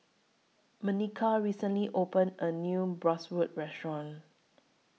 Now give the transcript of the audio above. Makena recently opened A New Bratwurst Restaurant